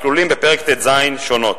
הכלולים בפרק ט"ז, שונות.